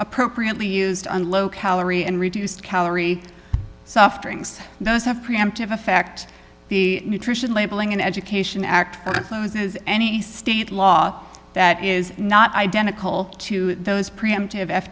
appropriately used on low calorie and reduced calorie suffering's those have preemptive effect the nutrition labeling and education act loses any state law that is not identical to those preemptive f